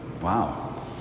Wow